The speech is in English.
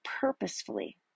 purposefully